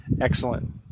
Excellent